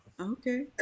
Okay